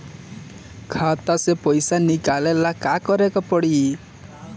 खाता से पैसा निकाले ला का का करे के पड़ी?